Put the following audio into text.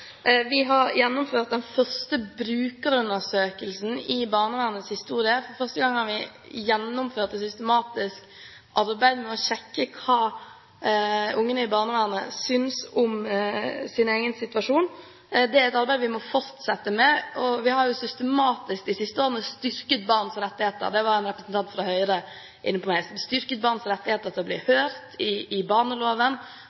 Vi har gjennomført den første brukerundersøkelsen i barnevernets historie. For første gang har vi gjennomført et systematisk arbeid med å sjekke hva ungene i barnevernet synes om sin egen situasjon. Det er et arbeid vi må fortsette med, og vi har i barneloven de siste årene systematisk styrket barns rettigheter – det var en representant fra Høyre inne på – til å bli